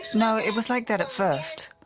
you know it was like that at first.